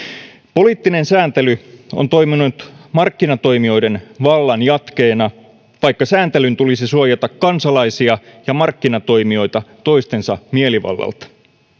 poliittinen sääntely on toiminut markkinatoimijoiden vallan jatkeena vaikka sääntelyn tulisi suojata kansalaisia ja markkinatoimijoita toistensa mielivallalta